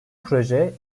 proje